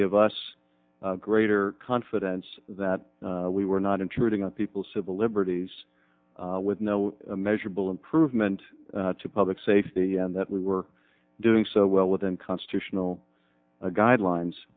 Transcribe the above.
give us greater confidence that we were not intruding on people's civil liberties with no measurable improvement to public safety and that we were doing so well within constitutional guidelines